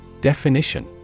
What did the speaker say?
Definition